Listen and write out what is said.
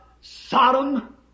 Sodom